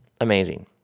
amazing